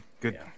Good